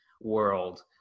world